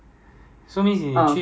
I go past H_T_A a lot